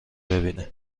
ببینه